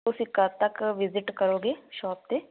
ਤੁਸੀਂ ਕਦੋਂ ਤੱਕ ਵਿਜ਼ਿਟ ਕਰੋਂਗੇ ਸ਼ੋਪ 'ਤੇ